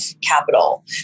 capital